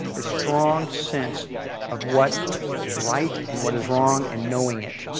a strong sense of what is right and what is wrong and knowing it.